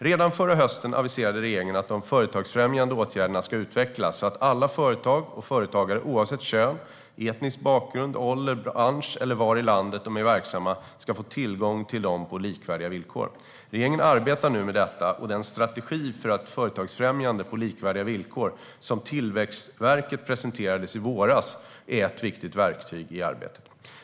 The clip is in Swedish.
Redan förra hösten aviserade regeringen att de företagsfrämjande åtgärderna ska utvecklas så att alla företag och företagare, oavsett kön, etnisk bakgrund, ålder, bransch eller var i landet de är verksamma, ska få tillgång till dem på likvärdiga villkor. Regeringen arbetar nu med detta, och den strategi för företagsfrämjande på likvärdiga villkor som Tillväxtverket presenterade i våras är ett viktigt verktyg i arbetet.